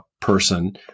person